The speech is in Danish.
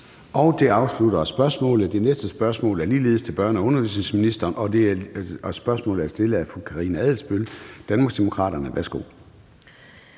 Det næste spørgsmål er ligeledes til børne- og undervisningsministeren og er også stillet af fru Karina Adsbøl, Danmarksdemokraterne. Kl.